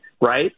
right